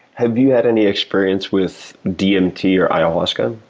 have you had any experience with dmt or ayahuasca?